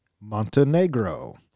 montenegro